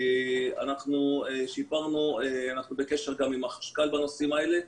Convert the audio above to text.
אנחנו בקשר גם עם החשכ"ל בנושאים האלה.